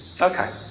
Okay